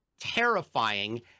terrifying